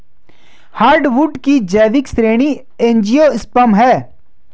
hardwood की जैविक श्रेणी एंजियोस्पर्म है